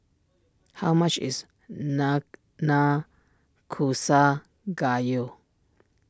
how much is Nanakusa Gayu